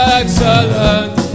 excellent